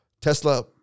Tesla